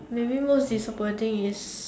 maybe most disappointing is